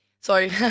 sorry